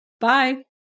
Bye